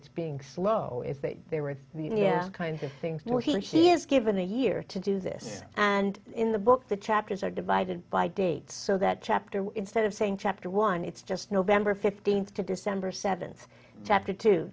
its being slow is that they were the kind of things more he she is given a year to do this and in the book the chapters are divided by date so that chapter instead of saying chapter one it's just november fifteenth to december seventh